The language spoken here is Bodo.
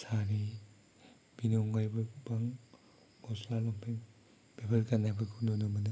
सारि बेनि अनगायैबो गोबां गस्ला लंपेन्ट बेफोर गाननायफोरखौ नुनो मोनो